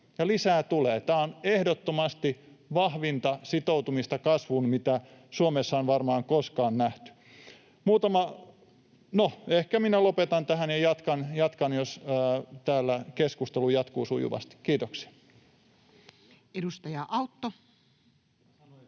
lisää tulee. Tämä on ehdottomasti vahvinta sitoutumista kasvuun, mitä Suomessa on varmaan koskaan nähty. — No, ehkä lopetan tähän, ja jatkan, jos täällä keskustelu jatkuu sujuvasti. Kiitoksia. [Kimmo